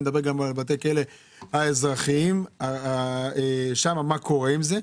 מדבר גם על האזרחיים מה קורה עם זה,